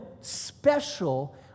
special